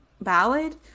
ballad